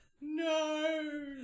No